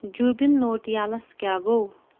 جوٗبِن نوٹیالَس کیٛاہ گوٚو